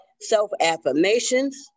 self-affirmations